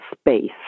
space